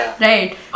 Right